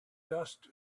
dust